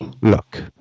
look